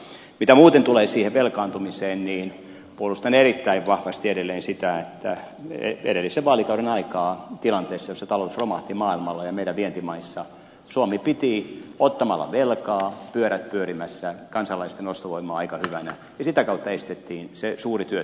mitä muuten tulee siihen velkaantumiseen niin puolustan erittäin vahvasti edelleen sitä että edellisen vaalikauden aikaan tilanteessa jossa talous romahti maailmalla ja meidän vientimaissa suomi piti ottamalla velkaa pyörät pyörimässä kansalaisten ostovoimaa aika hyvänä ja sitä kautta estettiin se suuri työttömyys